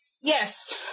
yes